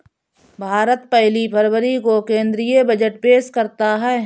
भारत पहली फरवरी को केंद्रीय बजट पेश करता है